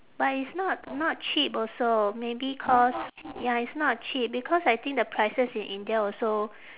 but it's not not cheap also maybe cause ya it's not cheap because I think the prices in india also